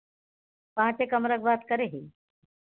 पाँचे कमरा के बात करे ही